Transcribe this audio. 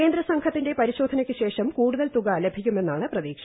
കേന്ദ്ര സംഘത്തിന്റെ പരിശോധനയ്ക്ക് ശേഷം കൂടുതൽ തുക ലഭിക്കുമെന്നാണ് പ്രതീക്ഷ